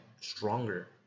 stronger